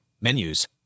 Menus